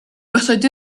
but